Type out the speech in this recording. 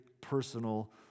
personal